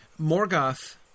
Morgoth